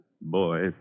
boy